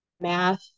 math